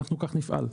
כך נפעל.